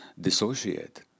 dissociate